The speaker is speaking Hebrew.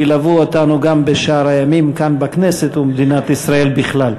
ילוו אותנו גם בשאר הימים כאן בכנסת ובמדינת ישראל בכלל.